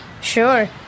Sure